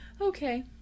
Okay